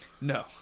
No